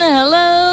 Hello